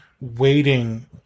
waiting